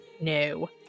No